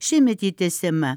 šiemet ji tęsiama